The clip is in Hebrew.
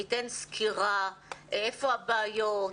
ייתכן סקירה איפה הבעיות,